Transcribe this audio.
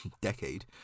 decade